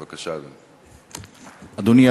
בבקשה, אדוני.